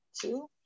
two